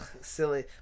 silly